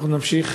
אנחנו נמשיך